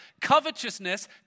Covetousness